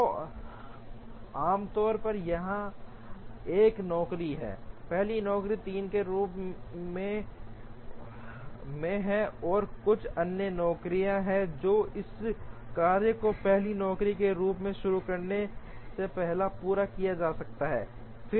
तो आमतौर पर यहां एक नौकरी है पहली नौकरी 3 के रूप में और कुछ अन्य नौकरी है जो इस कार्य को पहली नौकरी के रूप में शुरू करने से पहले पूरा किया जा सकता है